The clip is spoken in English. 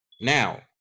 Now